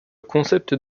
concept